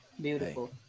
Beautiful